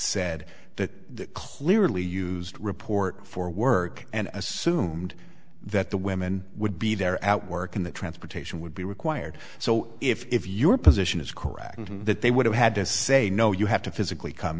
said that clearly used report for work and assumed that the women would be there at work and the transportation would be required so if your position is correct that they would have had to say no you have to physically come